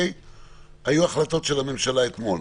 היו החלטות של הממשלה אתמול,